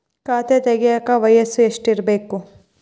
ಖಾತೆ ತೆಗೆಯಕ ವಯಸ್ಸು ಎಷ್ಟಿರಬೇಕು?